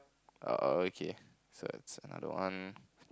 oh okay so it's another one